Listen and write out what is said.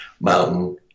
mountain